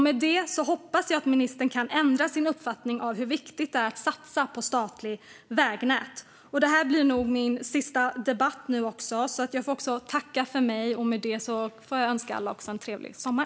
Med det hoppas jag att ministern kan ändra uppfattning om hur viktigt det är att satsa på det statliga vägnätet. Det här blir nog min sista debatt nu, så jag får tacka för mig och önska alla en trevlig sommar.